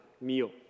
meal